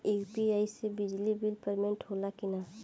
UPI से बिजली bill payment होला कि न?